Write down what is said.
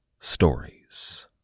stories